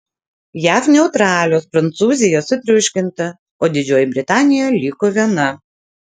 jav neutralios prancūzija sutriuškinta o didžioji britanija liko viena